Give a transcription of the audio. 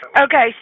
Okay